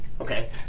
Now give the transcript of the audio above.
Okay